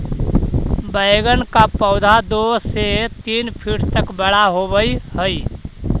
बैंगन का पौधा दो से तीन फीट तक बड़ा होव हई